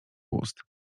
ust